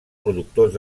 productors